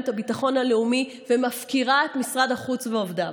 את הביטחון הלאומי ומפקירה את משרד החוץ ועובדיו.